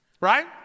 Right